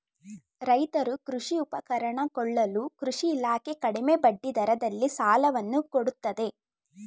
ರೈತರು ಕೃಷಿ ಉಪಕರಣ ಕೊಳ್ಳಲು ಕೃಷಿ ಇಲಾಖೆ ಕಡಿಮೆ ಬಡ್ಡಿ ದರದಲ್ಲಿ ಸಾಲವನ್ನು ಕೊಡುತ್ತದೆ